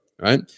Right